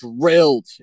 drilled